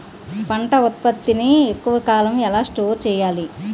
పంట ఉత్పత్తి ని ఎక్కువ కాలం ఎలా స్టోర్ చేయాలి?